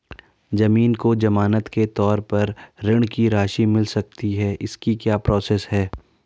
ज़मीन को ज़मानत के तौर पर ऋण की राशि मिल सकती है इसकी क्या प्रोसेस है?